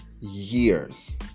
years